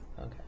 Okay